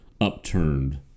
upturned